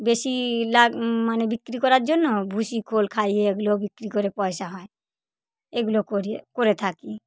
বেশি লাগ মানে বিক্রি করার জন্য ভুসি খোল খাইয়ে ওগুলো বিক্রি করে পয়সা হয় এগুলো করি করে থাকি